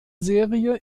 serie